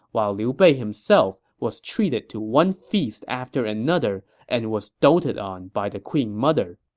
while liu bei himself was treated to one feast after another and was doted on by the queen mother